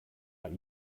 not